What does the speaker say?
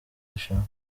rushanwa